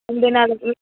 ਇਹਦੇ ਨਾਲ